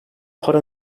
para